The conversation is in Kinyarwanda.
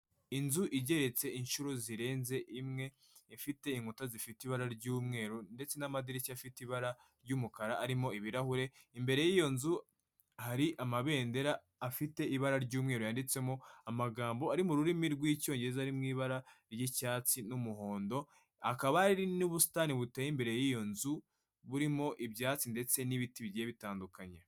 Inzu igeretse inshuro zirenze imwe, ifite inkuta zifite ibara ry'umweru ndetse n'amadirishya afite ibara ry'umukara arimo ibirahure, imbere y'iyo nzu hari amabendera afite ibara ry'umweru yanditsemo amagambo ari mu rurimi rw'icyongereza, ari mu ibara ry'icyatsi n'umuhondo, hakaba hari n'ubusitani buteye imbere y'iyo nzu burimo ibyatsi ndetse n'ibiti bigiye bitandukanye.